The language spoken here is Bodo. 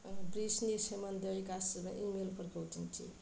ब्रिसनि सोमोन्दै गासिबो इमेलफोरखौ दिन्थि